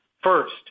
First